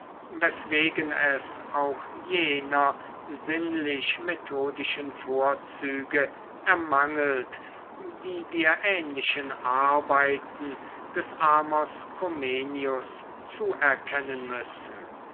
weswegen es auch jener sinnlich methodischen vorzüge ermangelt die wir ähnlichen arbeiten des amos comenius zuerkennen müssen